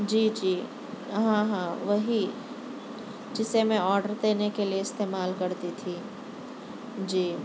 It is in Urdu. جی جی ہاں ہاں وہی جسے میں آرڈر دینے کے لیے استعمال کرتی تھی جی